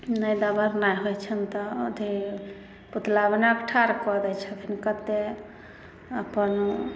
नहि दबरनाइ होइ छैन तऽ अथी पुतला बना कऽ ठाढ़ कऽ देइ छथिन कते अपन